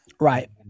Right